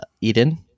Eden